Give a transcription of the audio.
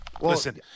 Listen